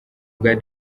bwa